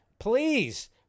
Please